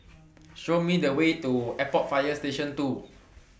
Show Me The Way to Airport Fire Station two